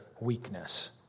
Weakness